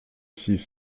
six